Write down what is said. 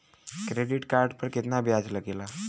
Credit card पर कितना ब्याज लगेला?